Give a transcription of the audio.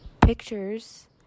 pictures